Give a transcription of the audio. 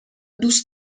دوست